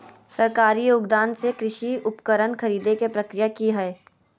सरकारी योगदान से कृषि उपकरण खरीदे के प्रक्रिया की हय?